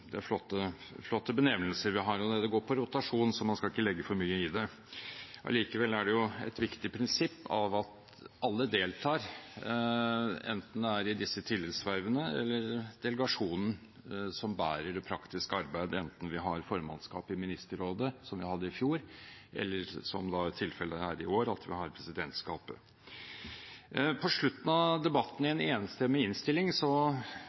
Det er flotte benevnelser vi har. Det går på rotasjon, så man skal ikke legge for mye i det. Allikevel er det et viktig prinsipp at alle deltar, enten det er i disse tillitsvervene eller i delegasjonen som bærer det praktiske arbeidet, enten vi har formannskapet i Ministerrådet, som vi hadde i fjor, eller, som tilfellet er i år, at vi har presidentskapet. På slutten av debatten i en enstemmig innstilling